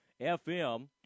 FM